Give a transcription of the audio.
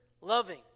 loving